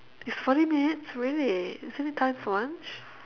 it's forty minutes really isn't it time for lunch